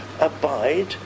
abide